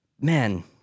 Man